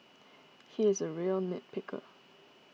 he is a real nit picker